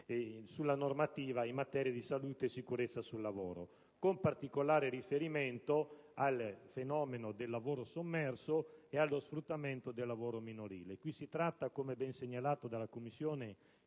della normativa in materia di salute e sicurezza sul lavoro, con particolare riferimento al fenomeno del lavoro sommerso e allo sfruttamento del lavoro minorile. Come ben segnalato dalla Commissione,